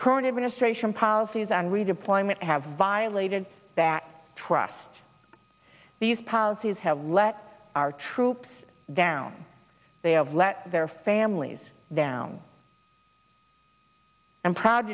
current administration policies and redeployment have violated that trust these policies have let our troops down they have let their families down i'm proud